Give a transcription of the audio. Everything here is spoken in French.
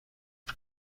bas